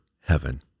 heaven